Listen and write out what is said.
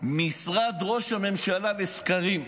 למשרד ראש הממשלה לסקרים.